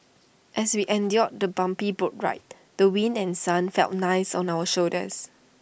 as we endured the bumpy boat ride the wind and sun felt nice on our shoulders